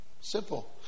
Simple